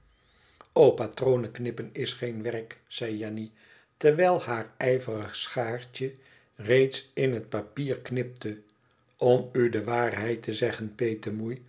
patronen knippen is geen werken zei jenny terwijl haar ijverig schaartje reeds in het papier knipte m u de waarheid te zeggen petemoei